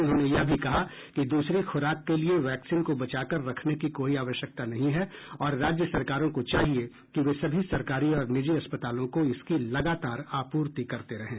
उन्होंने यह भी कहा कि दूसरी खुराक के लिए वैक्सीन को बचाकर रखने की कोई आवश्यकता नहीं है और राज्य सरकारों को चाहिए कि वे सभी सरकारी और निजी अस्पतालों को इसकी लगातार आपूर्ति करते रहें